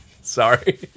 Sorry